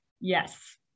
Yes